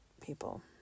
people